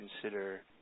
consider